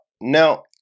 Now